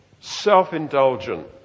self-indulgent